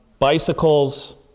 bicycles